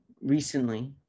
recently